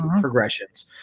progressions